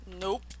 Nope